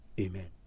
Amen